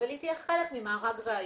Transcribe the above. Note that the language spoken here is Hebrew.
אבל היא תהיה חלק ממארג ראיות.